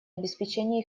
обеспечения